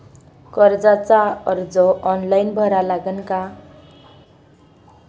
कर्जाचा अर्ज ऑनलाईन भरा लागन का?